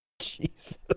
Jesus